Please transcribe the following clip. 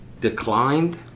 declined